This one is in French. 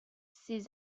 ses